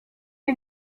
est